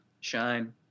shine